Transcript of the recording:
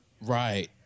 Right